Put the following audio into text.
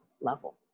level